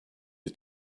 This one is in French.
des